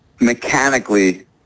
mechanically